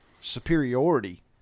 superiority